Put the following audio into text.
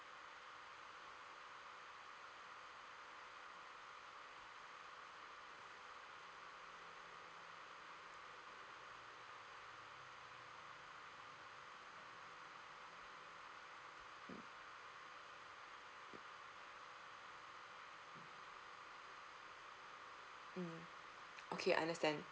mm okay I understand